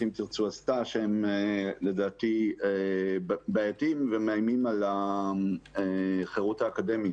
"אם תרצו" עשתה שגם מאיימים על החירות האקדמית.